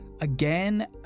again